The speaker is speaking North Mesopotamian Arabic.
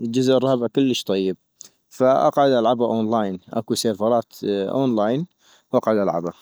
الجزء الرابع كلش طيب - فاقعد العبا أونلاين، اكو سيرفرات اونلاين واقعد العبا